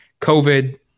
COVID